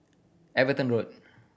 Everton Road